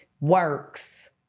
works